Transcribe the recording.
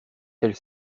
elle